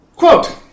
Quote